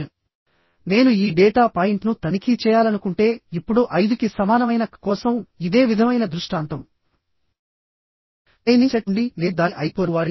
g gauge length between the bolt hole Ps staggered pitch length between line of bolt holes